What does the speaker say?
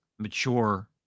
mature